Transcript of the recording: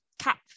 cap